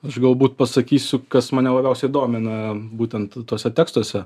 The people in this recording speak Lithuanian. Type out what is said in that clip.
aš galbūt pasakysiu kas mane labiausiai domina būtent tuose tekstuose